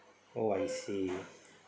oh I see